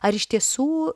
ar iš tiesų